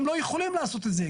גם לא יכולים לעשות את זה.